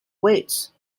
waits